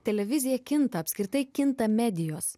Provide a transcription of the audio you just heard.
televizija kinta apskritai kinta medijos